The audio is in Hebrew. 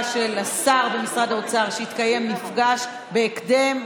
של השר במשרד האוצר שיתקיים מפגש בהקדם,